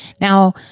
Now